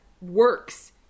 works